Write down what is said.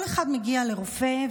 כל אחד מגיע לרופא,